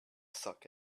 suck